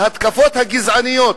ההתקפות הגזעניות,